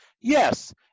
yes